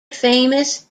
famous